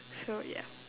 so ya